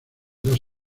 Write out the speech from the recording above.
dos